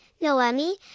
Noemi